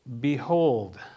Behold